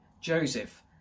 Joseph